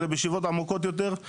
אלא בישיבות עמוקות יותר,